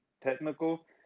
technical